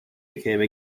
became